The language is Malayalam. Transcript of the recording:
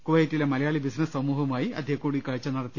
കുവൈറ്റിലെ മലയാളി ബിസിനസ്സ് സമൂഹവുമായി അദ്ദേഹം കൂടിക്കാഴ്ച നടത്തി